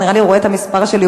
נראה לי שהוא רואה את המספר שלי,